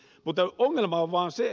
ongelma on vain se ed